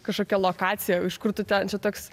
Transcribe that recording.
kažkokia lokacija iš kur tu ten čia toks